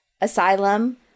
Asylum